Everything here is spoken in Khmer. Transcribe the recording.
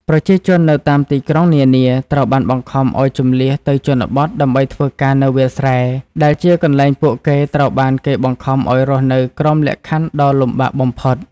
ប្រជាជននៅតាមទីក្រុងនានាត្រូវបានបង្ខំឱ្យជម្លៀសទៅជនបទ ដើម្បីធ្វើការនៅវាលស្រែ ដែលជាកន្លែងពួកគេត្រូវបានគេបង្ខំឱ្យរស់នៅក្រោមលក្ខខណ្ឌដ៏លំបាកបំផុត។